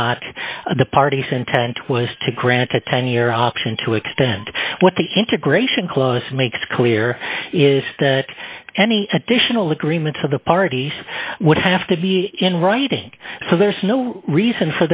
not the parties intent was to grant a ten year option to extend what they can to gratian close makes clear is that any additional agreement to the parties would have to be in writing so there's no reason